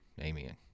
Amen